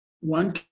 One